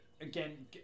again